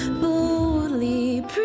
Boldly